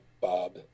Bob